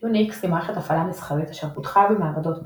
יוניקס היא מערכת הפעלה מסחרית אשר פותחה במעבדות בל.